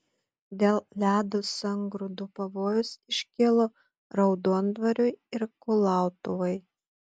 dėl ledų sangrūdų pavojus iškilo raudondvariui ir kulautuvai